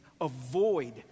avoid